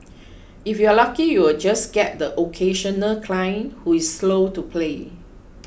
if you're lucky you'll just get the occasional client who's slow to pay